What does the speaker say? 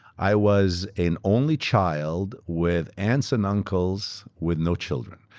i was an only child, with aunts and uncles with no children.